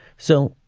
so.